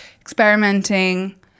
experimenting